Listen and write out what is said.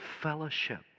fellowship